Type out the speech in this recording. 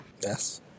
Yes